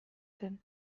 zen